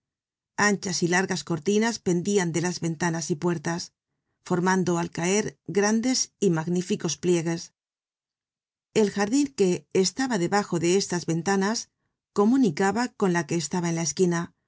anchas y largas cortinas pendian de las ventanas y puertas formando al caer grandes y magníficos pliegues el jardin que estaba debajo de estas ventanas comunicaba con la que estaba en la esquina